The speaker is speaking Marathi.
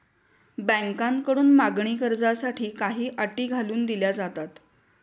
बँकांकडून मागणी कर्जासाठी काही अटी घालून दिल्या जातात